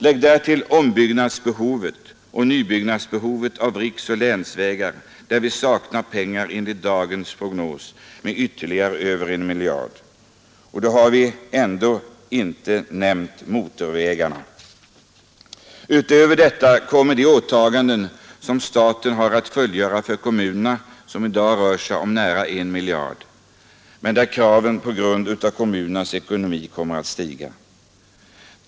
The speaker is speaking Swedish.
Lägg därtill ombyggnadsoch nybyggnadsbehovet av riksoch länsvägar, där vi enligt dagens prognos saknar ytterligare över 1 miljard kronor! Då har vi ändå inte nämnt motorvägarna. Utöver detta kommer de åtaganden som staten har att fullgöra för kommunerna. Det rör sig i dag om närmare 1/2 miljard kronor, men kraven kommer att stiga på grund av kommunernas dåliga ekonomi.